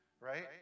Right